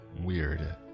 weird